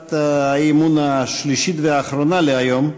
להצעת האי-אמון השלישית והאחרונה להיום,